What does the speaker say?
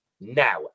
now